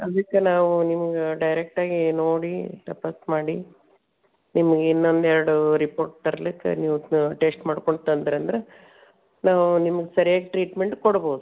ಅದಕ್ಕ ನಾವು ನಿಮ್ಗೆ ಡೈರೆಕ್ಟ್ ಆಗಿ ನೋಡಿ ತಪಾಸ್ ಮಾಡಿ ನಿಮ್ಗೆ ಇನ್ನೊಂದೆರಡು ರಿಪೋರ್ಟ್ ತರಲಿಕ್ಕೆ ನೀವು ಟೆಸ್ಟ್ ಮಾಡ್ಕೊಂಡು ತಂದ್ರಿ ಅಂದ್ರೆ ನಾವು ನಿಮ್ಗೆ ಸರ್ಯಾಗಿ ಟ್ರೀಟ್ಮೆಂಟ್ ಕೊಡ್ಬೌದು